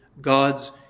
God's